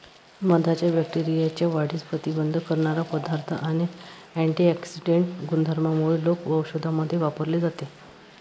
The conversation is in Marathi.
मधाच्या बॅक्टेरियाच्या वाढीस प्रतिबंध करणारा पदार्थ आणि अँटिऑक्सिडेंट गुणधर्मांमुळे लोक औषधांमध्ये वापरले जाते